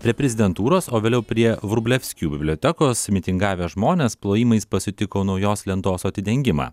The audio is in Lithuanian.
prie prezidentūros o vėliau prie vrublevskių bibliotekos mitingavę žmonės plojimais pasitiko naujos lentos atidengimą